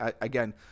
again